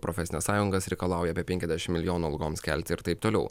profesinės sąjungos reikalauja penkiasdešim milijonų algoms kelti ir taip toliau